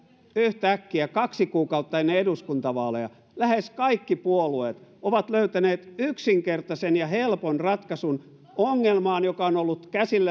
yhtäkkiä kaksi kuukautta ennen eduskuntavaaleja lähes kaikki puolueet ovat löytäneet yksinkertaisen ja helpon ratkaisun ongelmaan joka on ollut